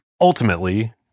Ultimately